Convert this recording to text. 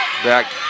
back